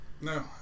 no